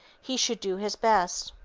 he should do his best.